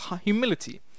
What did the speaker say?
humility